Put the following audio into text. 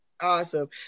Awesome